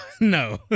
no